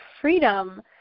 freedom